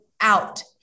out